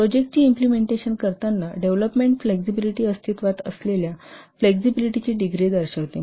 प्रोजेक्टची इम्प्लिमेंटेशन करताना development flexibility अस्तित्त्वात असलेल्या फ्लेक्सिबिलिटीची डिग्री दर्शवते